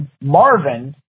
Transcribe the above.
Marvin